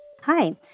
Hi